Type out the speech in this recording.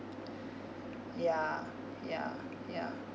ya ya ya